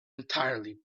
entirely